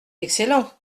excellent